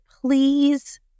please